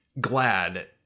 Glad